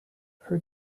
her